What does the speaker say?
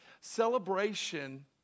Celebration